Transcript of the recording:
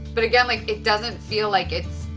but again, like, it doesn't feel like it's,